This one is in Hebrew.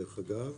דרך אגב,